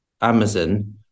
Amazon